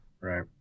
Right